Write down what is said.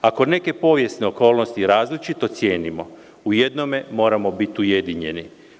Ako neke povijesne okolnosti različito cijenimo, u jednome moramo biti ujedinjeni.